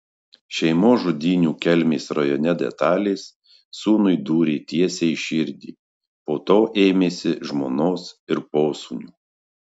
šeimos žudynių kelmės rajone detalės sūnui dūrė tiesiai į širdį po to ėmėsi žmonos ir posūnio